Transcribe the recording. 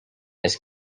his